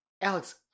Alex